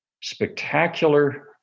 spectacular